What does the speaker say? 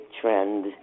trend